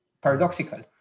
paradoxical